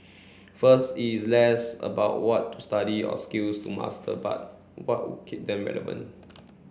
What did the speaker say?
first is less about what to study or skills to master but what would keep them relevant